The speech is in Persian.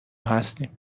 هستیم